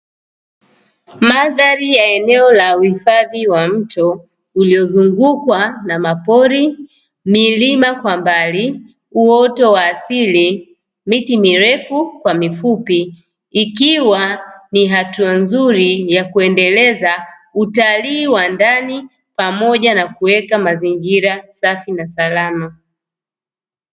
Mandhari ya eneo la uhifadhi wa mto uliozungukwa na mapori, milima kwa mbali uoto wa asili miti mirefu kwa mifupi, ikiwa ni hatua nzuri ya kuendeleza utalii wa ndani pamoja na kuweka mazingira safi na salama.